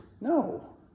No